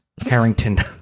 Harrington